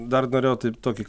dar norėjau taip tokį